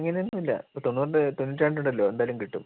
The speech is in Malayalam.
അങ്ങനെയൊന്നുല്ല ഇപ്പൊൾ തൊണ്ണൂറുണ്ട് തൊണ്ണൂറ്റി രണ്ടുണ്ടല്ലോ എന്തായാലും കിട്ടും